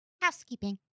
Housekeeping